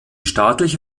staatliche